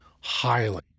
highly